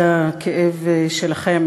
הכאב שלכם,